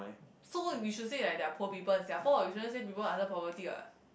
so you should say like there are poor people in Singapore you shouldn't say people under poverty what